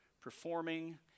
Performing